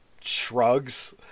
shrugs